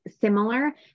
similar